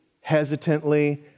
hesitantly